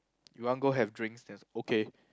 you want go have drinks just okay